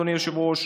אדוני היושב-ראש,